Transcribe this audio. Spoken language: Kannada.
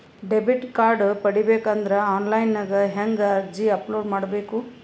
ಡೆಬಿಟ್ ಕಾರ್ಡ್ ಪಡಿಬೇಕು ಅಂದ್ರ ಆನ್ಲೈನ್ ಹೆಂಗ್ ಅರ್ಜಿ ಅಪಲೊಡ ಮಾಡಬೇಕು?